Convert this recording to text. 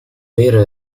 vero